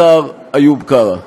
השר איוב קרא.